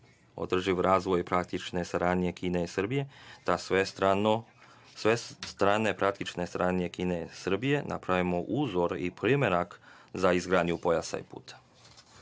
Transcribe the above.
održiv razvoj praktične saradnje Kine i Srbije, da sve strane praktične Kine i Srbije, da napravimo uzor i primerak za izgradnju pojasa i puteva.